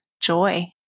joy